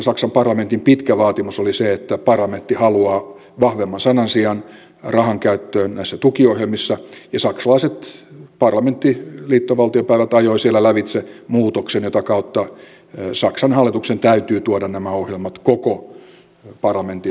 saksan parlamentin pitkä vaatimus oli se että parlamentti haluaa vahvemman sanansijan rahankäyttöön näissä tukiohjelmissa ja saksalaiset parlamenttiliittovaltiopäivät ajoi siellä lävitse muutoksen jota kautta saksan hallituksen täytyy tuoda nämä ohjelmat koko parlamentin käsittelyyn